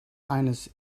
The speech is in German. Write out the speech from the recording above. eines